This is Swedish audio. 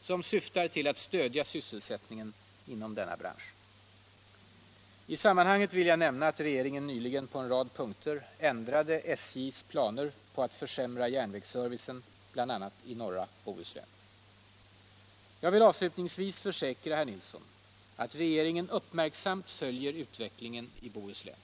som syftar till att stödja sysselsättningen inom denna bransch. I sammanhanget vill jag nämna att regeringen nyligen på en rad punkter Jag vill avslutningsvis försäkra herr Nilsson att regeringen uppmärksamt följer utvecklingen i Bohuslän.